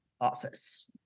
office